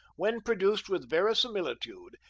when produced with verisimilitude,